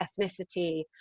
ethnicity